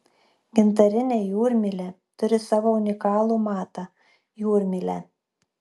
gintarinė jūrmylė turi savo unikalų matą jūrmylę